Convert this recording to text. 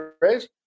raise